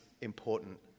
important